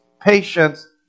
patience